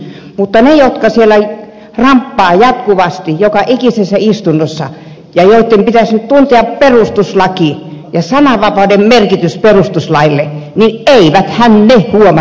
mutta ne jotka siellä ramppaavat jatkuvasti joka ikisessä istunnossa ja joitten pitäisi nyt tuntea perustuslaki ja sananvapauden merkitys perustuslaille eiväthän he huomanneet